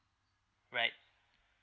right